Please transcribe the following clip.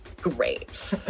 Great